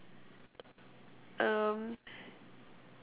um